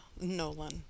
Nolan